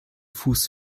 fuß